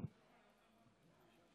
יותר מדי